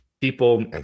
people